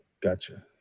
Gotcha